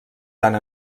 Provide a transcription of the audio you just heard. tant